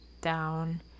down